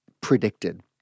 predicted